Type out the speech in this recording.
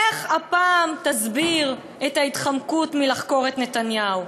איך הפעם תסביר את ההתחמקות מלחקור את נתניהו?